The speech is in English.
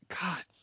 god